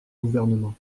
gouvernements